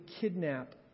kidnap